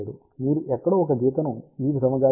7 మీరు ఎక్కడో ఒక గీతను ఈ విధముగా గీస్తే 0